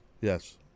Yes